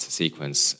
sequence